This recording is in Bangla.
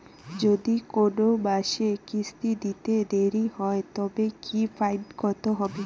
যদি কোন মাসে কিস্তি দিতে দেরি হয় তবে কি ফাইন কতহবে?